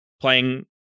playing